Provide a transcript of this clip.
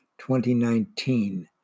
2019